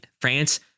france